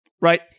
right